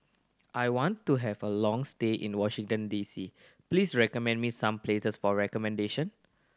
I want to have a long stay in Washington D C please recommend me some places for accommodation